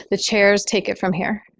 the chairs take it from here.